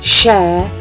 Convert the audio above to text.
share